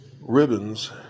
ribbons